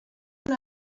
una